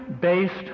based